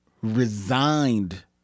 resigned